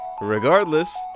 Regardless